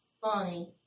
funny